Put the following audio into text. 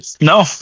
No